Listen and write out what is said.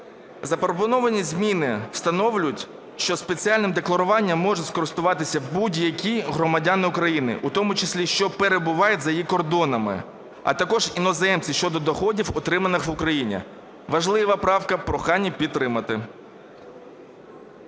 Запропоновані зміни встановлюють, що спеціальним декларуванням можуть скористуватись будь-які громадяни України, у тому числі що перебувають за її кордонами, а також іноземці щодо доходів, отриманих в Україні. Важлива правка. Прохання підтримати.